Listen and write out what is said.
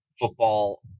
football